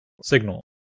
signal